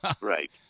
Right